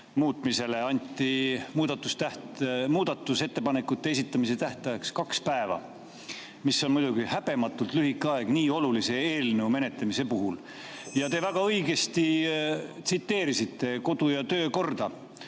muutmisel muudatusettepanekute esitamise tähtajaks kaks päeva, mis on muidugi häbematult lühike aeg nii olulise eelnõu menetlemise puhul. Te väga õigesti tsiteerisite kodu- ja töökorda.